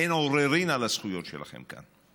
אין עוררין על הזכויות שלכם כאן.